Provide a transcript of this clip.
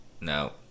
No